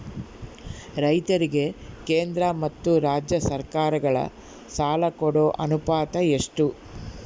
ರೈತರಿಗೆ ಕೇಂದ್ರ ಮತ್ತು ರಾಜ್ಯ ಸರಕಾರಗಳ ಸಾಲ ಕೊಡೋ ಅನುಪಾತ ಎಷ್ಟು?